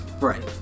right